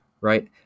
right